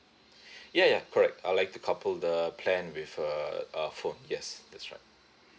ya ya correct I'd like to couple the plan with a a phone yes that's right